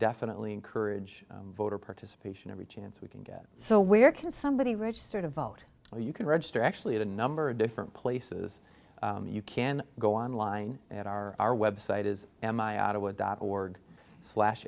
definitely encourage voter participation every chance we can get so where can somebody register to vote so you can register actually the number of different places you can go online at our web site is am i out of wood dot org slash